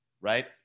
right